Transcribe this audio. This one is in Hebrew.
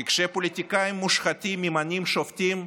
כי שכשפוליטיקאים מושחתים ממנים שופטים,